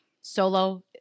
Solo